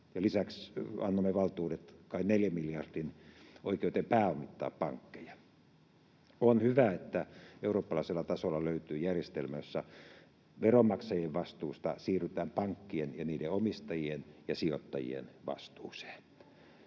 lisäksi annoimme valtuudet kai 4 miljardin oikeuteen pääomittaa pankkeja. On hyvä, että eurooppalaisella tasolla löytyy järjestelmä, jossa veronmaksajien vastuusta siirrytään pankkien ja niiden omistajien ja sijoittajien vastuuseen.